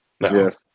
Yes